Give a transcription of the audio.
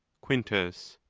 quintus.